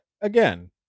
again